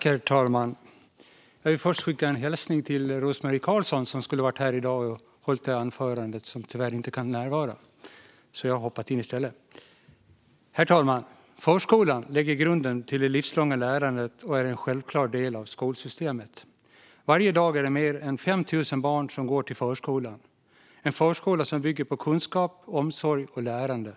Herr talman! Jag vill först skicka en hälsning till Rose-Marie Carlsson som skulle ha hållit detta anförande i dag men som tyvärr inte kan närvara. Jag har därför hoppat in i stället. Herr talman! Förskolan lägger grunden till det livslånga lärandet och är en självklar del av skolsystemet. Varje dag är det mer än 500 000 barn som går till förskolan, en förskola som bygger på kunskap, omsorg och lärande.